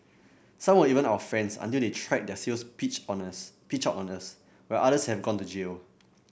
some were even our friends until they tried their sales pitch on us pitch out on us while others have gone to jail